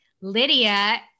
Lydia